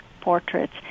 portraits